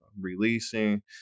releasing